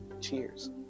Cheers